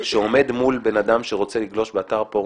שעומד מול אדם שרוצה לגלוש באתר פורנו,